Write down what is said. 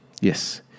Yes